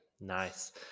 nice